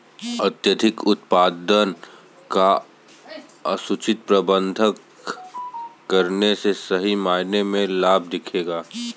अत्यधिक उत्पादन का उचित प्रबंधन करने से सही मायने में लाभ दिखेगा